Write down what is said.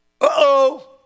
Uh-oh